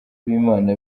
b’imana